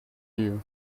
you